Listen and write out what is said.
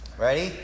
Ready